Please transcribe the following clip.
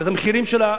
אלא את המחירים של הדלק,